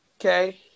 Okay